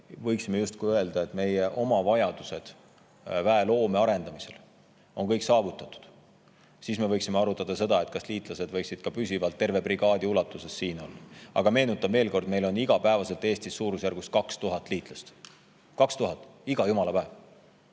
võiksime justkui öelda, et meie oma vajadused väeloome arendamisel on kõik saavutatud, siis me võiksime arutada, kas liitlased võiksid ka püsivalt terve brigaadi ulatuses siin olla. Aga meenutan veel kord, iga päev on Eestis suurusjärgus 2000 liitlast. 2000, iga jumala päev!